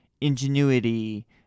ingenuity